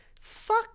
fuck